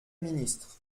ministre